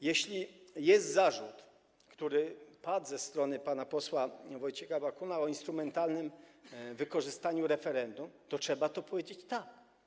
Jeśli jest zarzut, który padł ze strony pana posła Wojciecha Bakuna, o instrumentalnym wykorzystaniu referendum, to trzeba tu powiedzieć: tak.